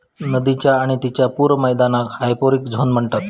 नदीच्य आणि तिच्या पूर मैदानाक हायपोरिक झोन म्हणतत